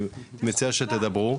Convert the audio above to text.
אני מציע שתדברו,